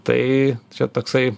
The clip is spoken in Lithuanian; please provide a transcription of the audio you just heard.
tai čia toksai